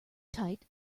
tight